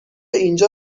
اینجا